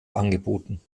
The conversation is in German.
angeboten